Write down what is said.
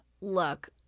look